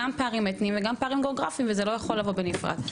פערים אתניים וגם פערים גאוגרפים וזה לא יכול לבוא בנפרד.